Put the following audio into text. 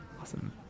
Awesome